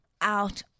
out